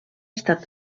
estat